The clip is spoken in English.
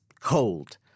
cold